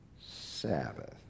Sabbath